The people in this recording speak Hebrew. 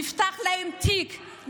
נפתח להם תיק,